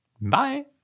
Bye